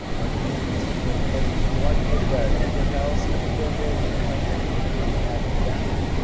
ah okay, you can send me notifications if you like but here we go all the details we have firmware we have crank length, we have gain,